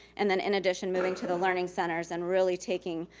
and then in addition moving to the learning centers and really taking